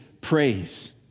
praise